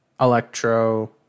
Electro